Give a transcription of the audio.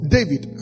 David